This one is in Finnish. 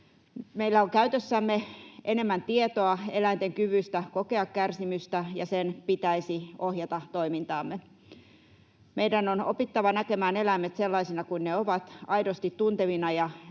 Meillä on käytössämme enemmän tietoa eläinten kyvystä kokea kärsimystä, ja sen pitäisi ohjata toimintaamme. Meidän on opittava näkemään eläimet sellaisina kuin ne ovat: aidosti tuntevina ja